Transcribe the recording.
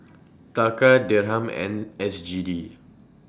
Taka Dirham and S G D